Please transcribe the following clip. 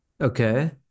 Okay